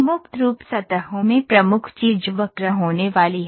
free form surfaces में प्रमुख चीज वक्र होने वाली है